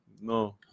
No